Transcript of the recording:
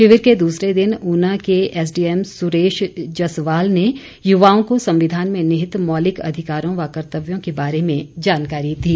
शिविर के दूसरे दिन ऊना के एसडीएम सुरेश जसवाल ने युवाओं को संविधान में निहित मौलिक अधिकारों व कर्तव्यों के बारे जानकारी दी